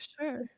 Sure